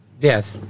Yes